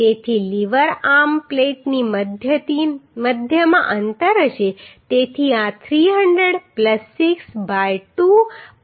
તેથી lever arm પ્લેટની મધ્યથી મધ્યમાં અંતર હશે તેથી આ 300 6 બાય 2 6 બાય 2 હશે